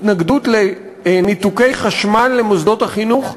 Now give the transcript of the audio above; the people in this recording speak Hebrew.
התנגדות לניתוקי חשמל למוסדות החינוך,